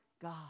God